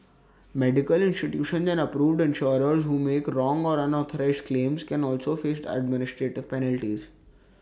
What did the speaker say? medical institutions and approved insurers who make wrong or unauthorised claims can also face administrative penalties